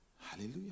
Hallelujah